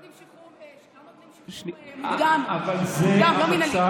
שחרור מוקדם, לא מינהלי.